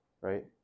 right